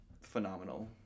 phenomenal